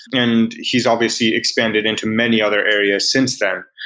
and he's obviously expanded into many other areas since then.